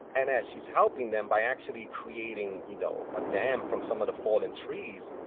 and as she's helping them by actually creating, you know, a dam from some of the fallen trees,